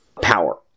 power